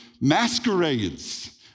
masquerades